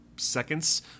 seconds